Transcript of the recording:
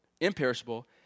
imperishable